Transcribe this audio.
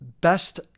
best